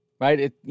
right